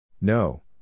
No